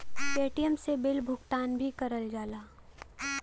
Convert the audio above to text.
Paytm से bill भुगतान भी करल जाला